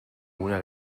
una